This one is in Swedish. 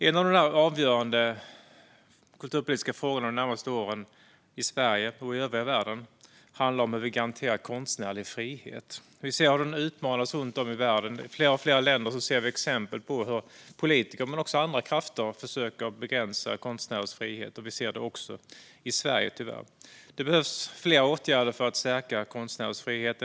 En av de avgörande kulturpolitiska frågorna de närmaste åren i Sverige och i övriga världen handlar om hur vi garanterar konstnärlig frihet. Vi ser hur den konstnärliga friheten utmanas runt om i världen. I fler och fler länder ser vi exempel på hur politiker och andra krafter försöker begränsa konstnärers frihet, och vi ser det tyvärr också i Sverige. Det behövs flera åtgärder för att stärka konstnärers frihet.